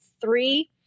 three